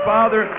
Father